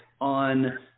on